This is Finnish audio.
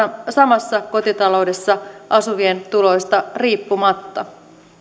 samassa kotitaloudessa asuvien tuloista riippumatta